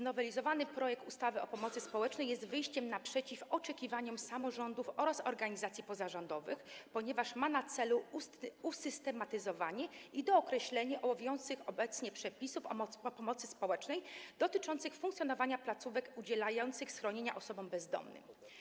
Nowelizowany projekt ustawy o pomocy społecznej jest wyjściem naprzeciw oczekiwaniom samorządów oraz organizacji pozarządowych, ponieważ ma on na celu usystematyzowanie i dookreślenie obowiązujących obecnie przepisów o pomocy społecznej dotyczących funkcjonowania placówek udzielających schronienia osobom bezdomnym.